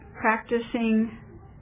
practicing